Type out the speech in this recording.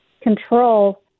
control